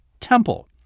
temple